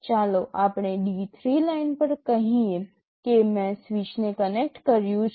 ચાલો આપણે D3 line પર કહીએ કે મેં સ્વીચને કનેક્ટ કર્યું છે